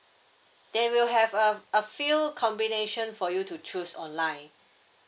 there will have a a few combination for you to choose online